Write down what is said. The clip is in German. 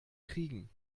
kriegen